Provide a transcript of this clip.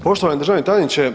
Poštovani državni tajniče.